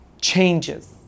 changes